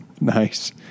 nice